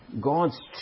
God's